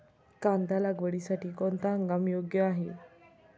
कांदा लागवडीसाठी कोणता हंगाम योग्य आहे?